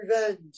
revenge